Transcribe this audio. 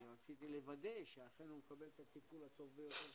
רציתי לוודא שאכן הוא מקבל את הטפול הטוב ביותר שאפשרי,